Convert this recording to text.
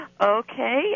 Okay